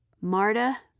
marta